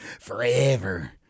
forever